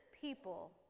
people